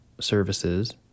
services